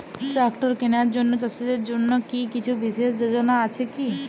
Tractor কেনার জন্য চাষীদের জন্য কী কিছু বিশেষ যোজনা আছে কি?